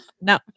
no